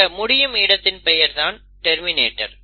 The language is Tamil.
இந்த முடியும் இடத்தின் பெயர்தான் டெர்மினேட்டர்